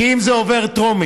כי אם זה עובר בטרומית,